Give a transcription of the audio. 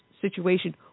situation